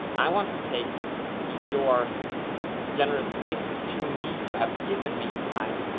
i want to take your generous gift to me. you have given me time.